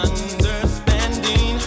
Understanding